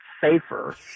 safer